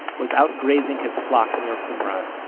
was out grazing his flock near qumran,